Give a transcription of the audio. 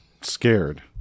scared